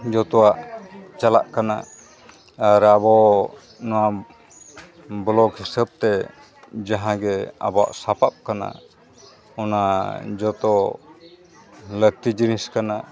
ᱡᱚᱛᱚᱣᱟᱜ ᱪᱟᱞᱟᱜ ᱠᱟᱱᱟ ᱟᱨ ᱟᱵᱚ ᱱᱚᱣᱟ ᱵᱞᱚᱠ ᱦᱤᱥᱟᱹᱵᱽ ᱛᱮ ᱡᱟᱦᱟᱸ ᱜᱮ ᱟᱵᱚᱣᱟᱜ ᱥᱟᱯᱟᱵ ᱠᱟᱱᱟ ᱚᱱᱟ ᱡᱚᱛᱚ ᱞᱟᱹᱠᱛᱤ ᱡᱤᱱᱤᱥ ᱠᱟᱱᱟ